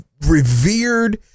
revered